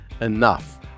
enough